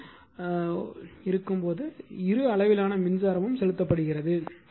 M di1 dt இரண்டும் r ஆக இருக்கும்போது இரு அளவிலான மின்சாரமும் r செலுத்தப்படுகிறது